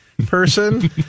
Person